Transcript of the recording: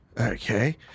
Okay